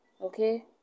Okay